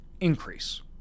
increase